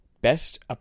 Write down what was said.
Best